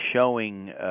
showing –